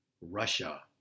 Russia